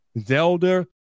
Zelda